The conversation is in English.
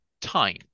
time